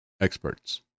experts